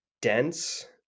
dense